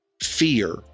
Fear